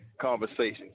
conversations